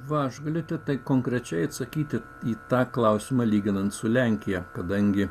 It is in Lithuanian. va aš galiu tai konkrečiai atsakyti į tą klausimą lyginant su lenkija kadangi